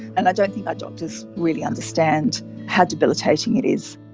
and i don't think doctors really understand how debilitating it is.